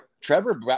trevor